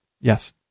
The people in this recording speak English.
Yes